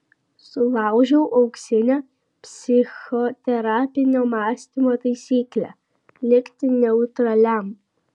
sulaužiau auksinę psichoterapinio mąstymo taisyklę likti neutraliam